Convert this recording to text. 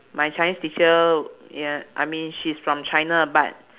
my chinese teacher ya I mean she is from china but